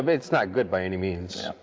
um it's not good by any means.